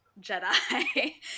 Jedi